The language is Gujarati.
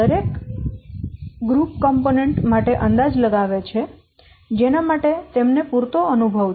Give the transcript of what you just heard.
દરેક જૂથ ઘટકો માટે અંદાજ લગાવે છે જેના માટે તેમને પૂરતો અનુભવ છે